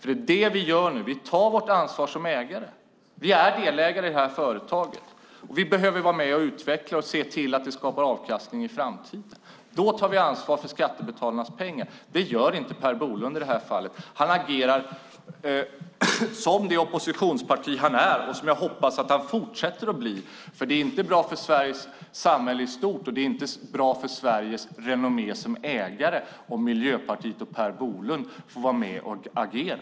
Det vi nu gör är att vi tar vårt ansvar som ägare. Vi är delägare i företaget. Vi behöver vara med och utveckla och se till att det skapar avkastning i framtiden. Då tar vi ansvar för skattebetalarnas pengar. Det gör inte Per Bolund i det här fallet. Han agerar som den medlem i ett oppositionsparti han är och som jag hoppas att han fortsätter att vara. Det är inte bra för det svenska samhället i stort och inte bra för Sveriges renommé som ägare om Miljöpartiet och Per Bolund får vara med och agera.